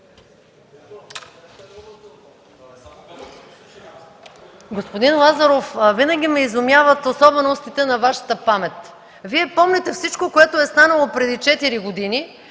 Господин Лазаров, винаги ме изумяват особеностите на Вашата памет. Вие помните всичко, което е станало преди четири години,